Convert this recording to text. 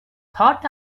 thought